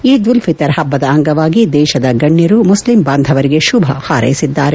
ಈದ್ ಉಲ್ ಫಿತರ್ ಹಬ್ಲದ ಅಂಗವಾಗಿ ದೇಶದ ಗಣ್ಣರು ಮುಸ್ಲಿಂ ಬಾಂಧವರಿಗೆ ಶುಭ ಹಾರ್ಲೆಸಿದ್ದಾರೆ